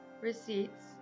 receipts